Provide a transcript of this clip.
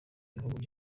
igihugu